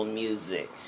music